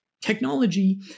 technology